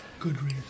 Goodreads